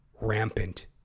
rampant